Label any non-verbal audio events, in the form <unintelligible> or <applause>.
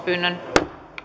<unintelligible> pyyntöä